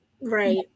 Right